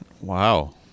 wow